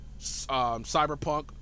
Cyberpunk